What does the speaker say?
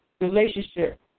Relationship